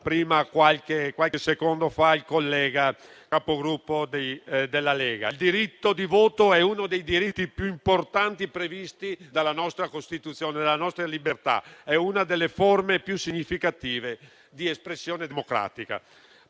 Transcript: Il diritto di voto è uno dei diritti più importanti previsti dalla nostra Costituzione ed è una delle forme più significative di espressione democratica.